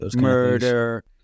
murder